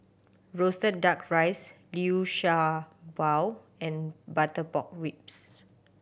roasted Duck Rice Liu Sha Bao and butter pork ribs